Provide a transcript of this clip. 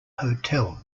hotel